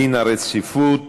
דין הרציפות